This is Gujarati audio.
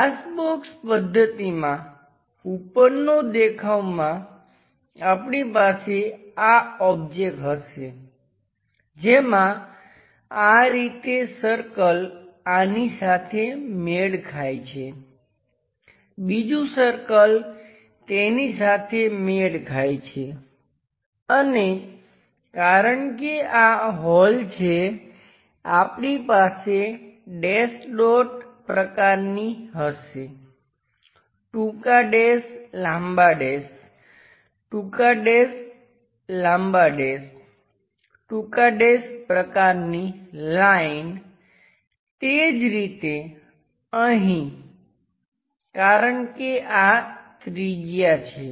ગ્લાસ બોક્સ પદ્ધતિમાં ઉપરનો દેખાવમાં આપણી પાસે આ ઓબ્જેક્ટ હશે જેમાં આ રીતે સર્કલ આની સાથે મેળ ખાય છે બીજું સર્કલ તેની સાથે મેળ ખાય છે અને કારણ કે આ હોલ છે આપણી પાસે ડેશ ડોટ પ્રકારની હશે ટૂંકા ડેશ લાંબા ડેશ ટૂંકા ડેશ લાંબા ડેશ ટૂંકા ડેશ પ્રકારની લાઈન તે જ રીતે અહીં કારણ કે આ ત્રિજ્યા છે